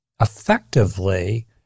effectively